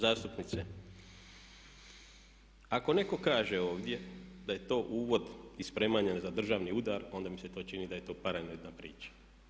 Zastupnice ako netko kaže ovdje da je to uvod i spremanje za državni udar, onda mi se to čini da je to paranoidna priča.